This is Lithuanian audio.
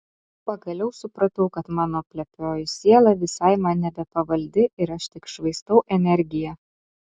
pagaliau supratau kad mano plepioji siela visai man nebepavaldi ir aš tik švaistau energiją